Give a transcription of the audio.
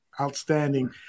Outstanding